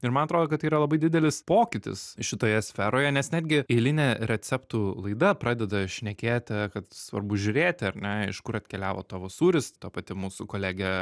ir man atrodo kad tai yra labai didelis pokytis šitoje sferoje nes netgi eilinė receptų laida pradeda šnekėti kad svarbu žiūrėti ar ne iš kur atkeliavo tavo sūris to pati mūsų kolegė